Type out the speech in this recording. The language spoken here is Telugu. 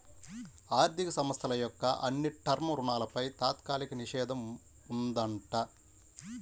ఆర్ధిక సంస్థల యొక్క అన్ని టర్మ్ రుణాలపై తాత్కాలిక నిషేధం ఉందంట